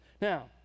Now